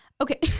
Okay